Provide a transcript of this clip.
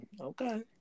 Okay